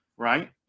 right